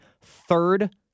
third